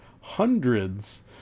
hundreds